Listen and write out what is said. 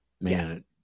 Man